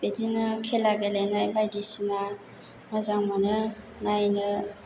बिदिनो खेला गेलेनाय बायदिसिना मोजां मोनो नायनो